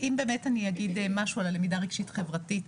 אני אגיד משהו על הלמידה רגשית-חברתית.